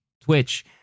Twitch